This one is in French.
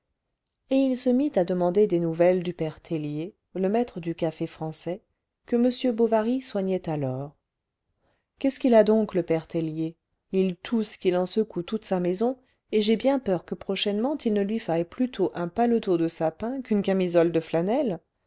et il se mit à demander des nouvelles du père tellier le maître du café français que m bovary soignait alors qu'est-ce qu'il a donc le père tellier il tousse qu'il en secoue toute sa maison et j'ai bien peur que prochainement il ne lui faille plutôt un paletot de sapin qu'une camisole de flanelle